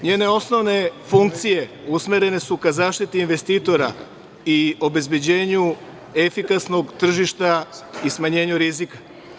Njene osnovne funkcije usmerene su ka zaštiti investitora i obezbeđenju efikasnog tržišta i smanjenju rizika.